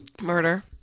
Murder